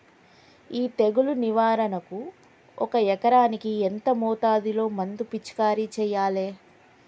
ఈ తెగులు నివారణకు ఒక ఎకరానికి ఎంత మోతాదులో మందు పిచికారీ చెయ్యాలే?